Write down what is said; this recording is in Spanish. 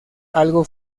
algo